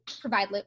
provide